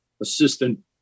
assistant